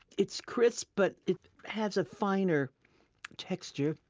it's crisp, but it has a finer texture,